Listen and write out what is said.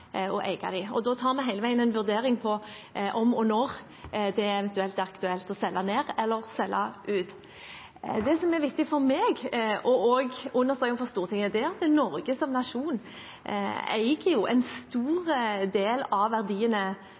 Da tar vi hele veien en vurdering på om og når det eventuelt er aktuelt å selge ned eller selge ut. Det som er viktig for meg også å understreke overfor Stortinget, er at Norge som nasjon eier en stor del av verdiene